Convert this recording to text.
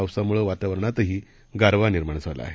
पावसामुळेवातावरणातहीगारवानिर्माणझालाआहे